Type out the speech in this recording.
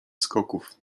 skoków